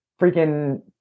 freaking